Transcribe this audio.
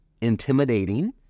intimidating